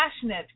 passionate